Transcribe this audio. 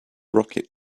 rocket